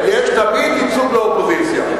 יש תמיד ייצוג לאופוזיציה.